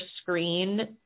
screen